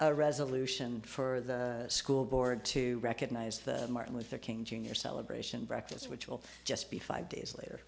a resolution for the school board to recognize the martin luther king jr celebration breakfast which will just be five days later